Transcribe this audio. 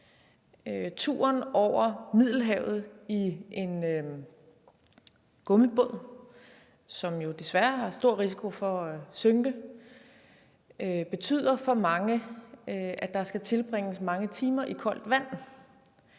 Turen over Middelhavet i en gummibåd, som der jo desværre er stor risiko for synker, betyder for mange, at der skal tilbringes mange timer i koldt vand.